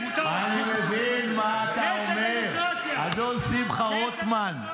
מישהו ביקש --- לא, שמעת מה שהוא אמר?